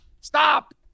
Stop